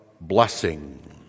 blessing